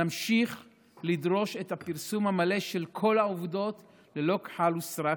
נמשיך לדרוש את הפרסום המלא של כל העובדות ללא כחל ושרק,